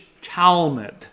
Talmud